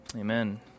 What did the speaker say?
Amen